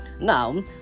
now